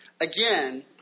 again